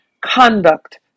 conduct